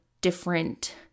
different